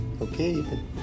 Okay